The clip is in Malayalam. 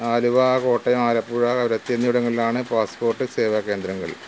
ആലുവ കോട്ടയം ആലപ്പുഴ കവരത്തി എന്നിവിടങ്ങളിലാണ് പാസ്പ്പോട്ട് സേവ കേന്ദ്രങ്ങൾ